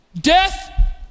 death